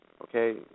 okay